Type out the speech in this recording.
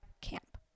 camp